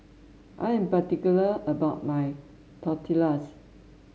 I am particular about my Tortillas